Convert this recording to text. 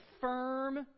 firm